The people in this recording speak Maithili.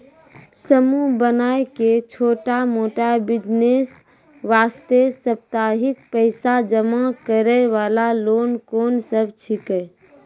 समूह बनाय के छोटा मोटा बिज़नेस वास्ते साप्ताहिक पैसा जमा करे वाला लोन कोंन सब छीके?